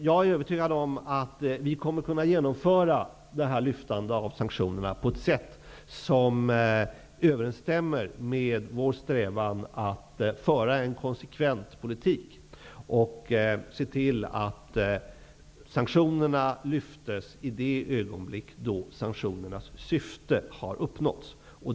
Jag är övertygad om att vi kommer att kunna genomföra lyftandet av sanktionerna på ett sätt som överensstämmer med våra strävanden att föra en konsekvent politik så till vida att sanktionerna lyfts i det ögonblick syftena har uppnåtts.